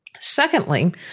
Secondly